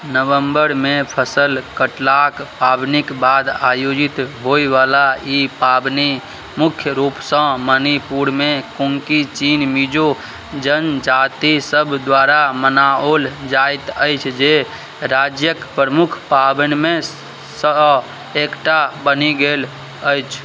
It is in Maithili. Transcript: नवम्बरमे फसल कटलाक पाबनीक बाद आयोजित होयवला ई पाबनि मुख्य रूपसँ मणिपुरमे कुमकी चीन मिजो जनजाति सभ द्वारा मनाओल जाइत अछि जे राज्यक प्रमुख पाबनिमे सँ एकटा बनि गेल अछि